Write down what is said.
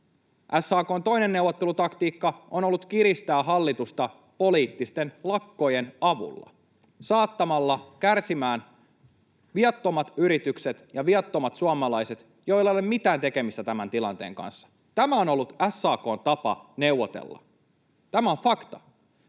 SAK:n toinen neuvottelutaktiikka on ollut kiristää hallitusta poliittisten lakkojen avulla, saattamalla kärsimään viattomat yritykset ja viattomat suomalaiset, joilla ole mitään tekemistä tämän tilanteen kanssa. Tämä on ollut SAK:n tapa neuvotella. Tämä on fakta.